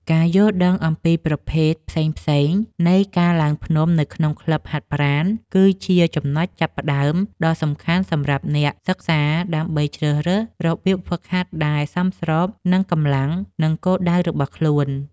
ការយល់ដឹងអំពីប្រភេទផ្សេងៗនៃការឡើងភ្នំនៅក្នុងក្លឹបហាត់ប្រាណ គឺជាចំណុចចាប់ផ្ដើមដ៏សំខាន់សម្រាប់អ្នកសិក្សា ដើម្បីជ្រើសរើសរបៀបហ្វឹកហាត់ដែលសមស្របនឹងកម្លាំង និងគោលដៅរបស់ខ្លួន។